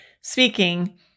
speaking